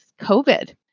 COVID